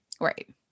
right